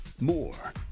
More